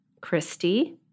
Christy